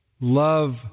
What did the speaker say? love